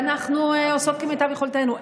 אנחנו עושות כמיטב יכולתנו.